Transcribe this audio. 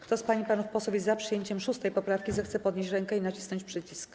Kto z pań i panów posłów jest za przyjęciem 6. poprawki, zechce podnieść rękę i nacisnąć przycisk.